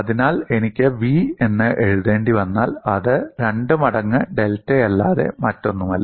അതിനാൽ എനിക്ക് v എന്ന് എഴുതേണ്ടിവന്നാൽ അത് 2 മടങ്ങ് ഡെൽറ്റയല്ലാതെ മറ്റൊന്നുമല്ല